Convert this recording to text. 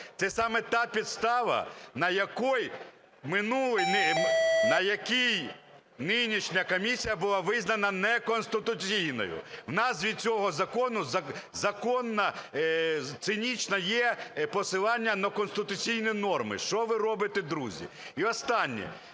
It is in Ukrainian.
Це саме та підстава на якій нинішня комісія була визнана неконституційною. У нас від цього закону законне… цинічне посилання є на конституційні норми. Що виробите, друзі? І останнє.